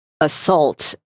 assault